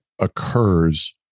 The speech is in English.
occurs